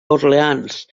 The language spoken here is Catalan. orleans